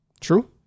True